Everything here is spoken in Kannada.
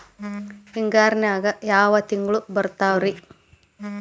ಹಿಂಗಾರಿನ್ಯಾಗ ಯಾವ ತಿಂಗ್ಳು ಬರ್ತಾವ ರಿ?